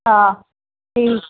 हा ठीक